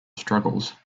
struggles